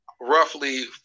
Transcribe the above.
Roughly